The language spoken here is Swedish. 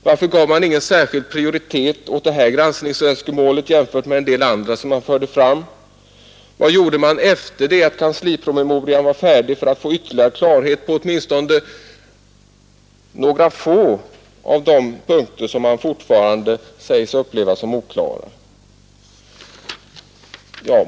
Varför gav man inte en särskild prioritet åt detta granskningsönskemål jämfört med andra som man förde fram? Vad gjorde man efter det att kanslipromemorian var färdig för att få ytterligare klarhet på åtminstone några få av de punkter som man fortfarande säger sig uppleva som oklara?